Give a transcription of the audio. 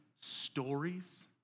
stories